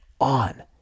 on